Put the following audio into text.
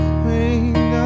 queen